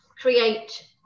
create